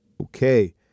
Okay